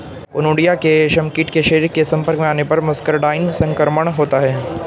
conidia के रेशमकीट के शरीर के संपर्क में आने पर मस्करडाइन संक्रमण होता है